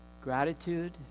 Gratitude